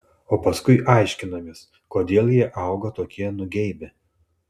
o paskui aiškinamės kodėl jie auga tokie nugeibę